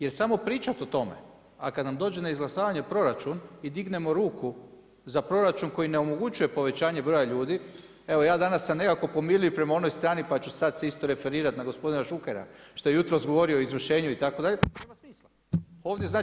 Jer samo pričati o tome, a kada nam dođe na izglasavanje proračun i dignemo ruku za proračun koji ne omogućuje povećanje broja ljudi, evo ja danas sam nekako pomirljiv prema onoj strani pa ću sada se isto referirati na gospodina Šukera što je jutros govorio o izvršenju itd. to nema smisla.